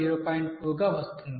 ఇది గా వస్తుంది